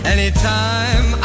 Anytime